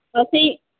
ਅਸੀਂ